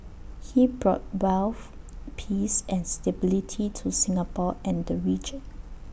he brought wealth peace and stability to Singapore and the region